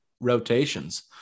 rotations